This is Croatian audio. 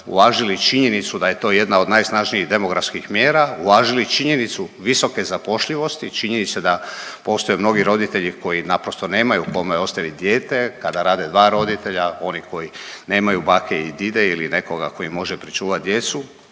uvažili činjenicu da je to jedna od najsnažnijih demografskih mjera, uvažili činjenicu visoke zapošljivosti. Činjenica da postoje mnogi roditelji koji naprosto nemaju kome ostavit dijete kada rade dva roditelja, oni koji nemaju bake i dide ili nekoga ko im može pričuvat djecu